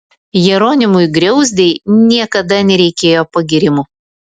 jeronimui griauzdei niekada nereikėjo pagyrimų